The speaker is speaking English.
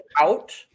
out